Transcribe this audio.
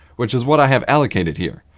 which is what i have allocated here.